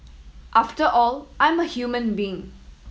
after all I'm a human being